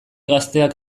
gazteak